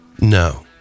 No